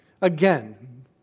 again